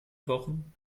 wochen